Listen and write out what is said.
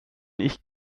ich